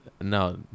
No